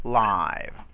live